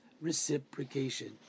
Reciprocation